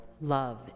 love